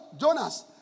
Jonas